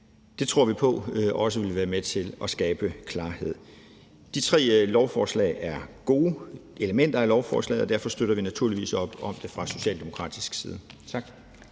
Det tror vi på også vil være med til at skabe klarhed. De tre elementer af lovforslaget er gode, og derfor støtter vi naturligvis op om det fra socialdemokratisk side. Kl.